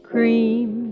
Cream